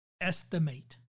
estimate